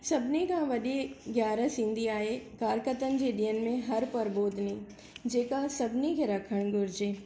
सभिनी खां वॾी ॻ्यारस ईंदी आहे कार्तिकनि जे ॾींहनि में हर प्रभोदनि में जेका सभिनी खे रखणु घुरिजे